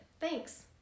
Thanks